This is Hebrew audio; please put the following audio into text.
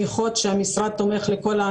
שהמשרד תומך.